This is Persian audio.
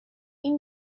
این